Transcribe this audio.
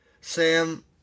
Sam